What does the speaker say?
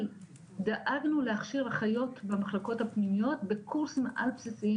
דאגנו להכשיר אחיות במחלקות הפנימיות בקורסים על בסיסיים